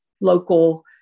local